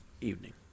evening